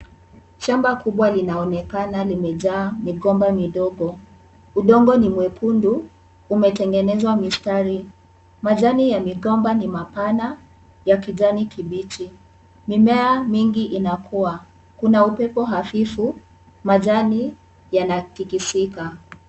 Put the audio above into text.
Shamba kubwa linaonekana limejaa migomba midogo. Udongo ni mwekundu, umetengenezwa mistari. Majani ya migomba ni mapana ya kijani kibichi. Mimea mingi inakuwa, kuna upepo hafifu, majani yanatikisika.